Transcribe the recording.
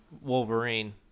Wolverine